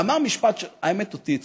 ואמר משפט שהאמת, אותי הצחיק.